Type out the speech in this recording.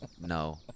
No